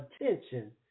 attention